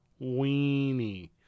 weenie